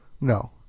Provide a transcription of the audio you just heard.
No